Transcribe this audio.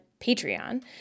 Patreon